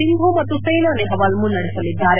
ಸಿಂಧು ಮತ್ತು ಸೈನಾ ನೆಹ್ವಾಲ್ ಮುನ್ನಡೆಸಲಿದ್ದಾರೆ